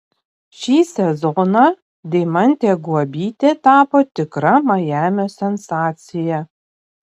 šį sezoną deimantė guobytė tapo tikra majamio sensacija